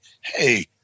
Hey